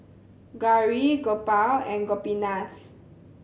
Gauri Gopal and Gopinath